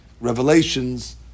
revelations